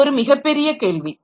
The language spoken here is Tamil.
இது ஒரு மிகப்பெரிய கேள்வி